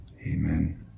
Amen